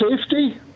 safety